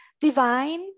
divine